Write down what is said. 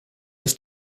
ist